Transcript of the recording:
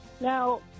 now